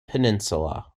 peninsula